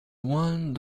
one